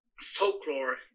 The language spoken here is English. folklore